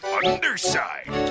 underside